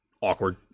awkward